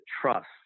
trust